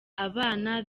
abana